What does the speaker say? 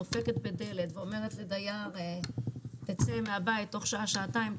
דופקת בדלת ואומרת לדייר: תצא מהבית בתוך שעה-שעתיים,